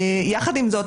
יחד עם זאת,